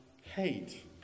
hate